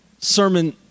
sermon